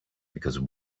because